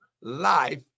life